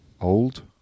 Old